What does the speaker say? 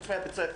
פרט לבית הספר,